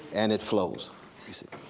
and it flows you see.